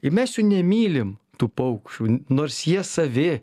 ir mes jų nemylim tų paukščių nors jie savi